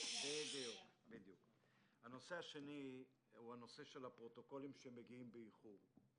הנושא השני הוא הפרוטוקולים שמגיעים באיחור,